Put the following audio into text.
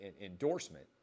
endorsement